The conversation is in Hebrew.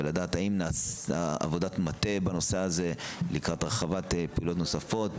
ולדעת האם נעשתה עבודת מטה בנושא הזה לקראת הרחבת פעילויות נוספות,